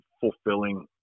fulfilling